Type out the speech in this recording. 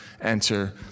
enter